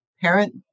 parent